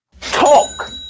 talk